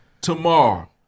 tomorrow